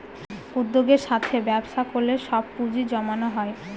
উদ্যোগের সাথে ব্যবসা করলে সব পুজিঁ জমানো হয়